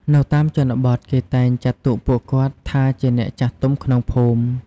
នៅតាមជនបទ គេតែងចាត់ទុកពួកគាត់ថាជាអ្នកចាស់ទុំក្នុងភូមិ។